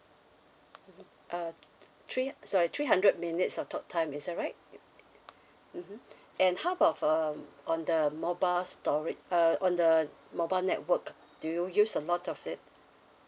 mmhmm uh three sorry three hundred minutes of talk time is that right mmhmm and how about of um on the mobile storage uh on the mobile network do you use a lot of it